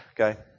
Okay